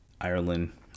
Ireland